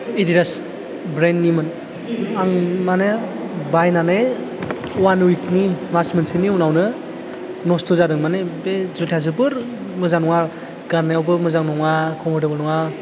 Adidas ब्रेन्डनिमोन आं माने बायनानै वान उइकनि माच मोनसेनि उनावनो नस्थ' जादों माने बे जुथाया जोबोर मोजां नङा गाननायावबो मोजां नङा कम्परटेबल नङा